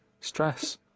stress